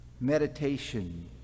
Meditation